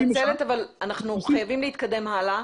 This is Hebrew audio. תומר, אני מתנצלת, אבל אנחנו חייבים להתקדם הלאה.